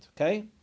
okay